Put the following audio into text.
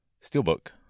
Steelbook